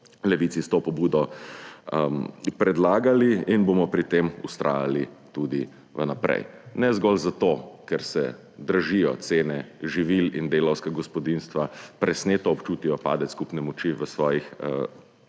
Levici s to pobudo predlagali in bomo pri tem vztrajali tudi vnaprej. Ne zgolj zato, ker se dražijo cene živil in delavska gospodinjstva presneto občutijo padec kupne moči v svojih